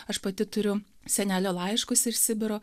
aš pati turiu senelio laiškus ir sibiro